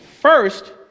First